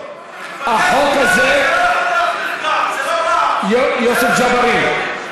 החוק הזה, יוסף ג'בארין,